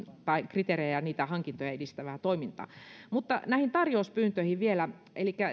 kriteerejä ja niitä hankintoja edistävää toimintaa näihin tarjouspyyntöihin vielä elikkä